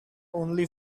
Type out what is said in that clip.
only